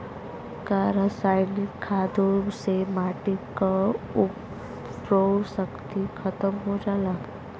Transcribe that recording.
का रसायनिक खादों से माटी क उर्वरा शक्ति खतम हो जाला?